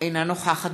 תתבייש לך, תתבייש